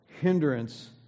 hindrance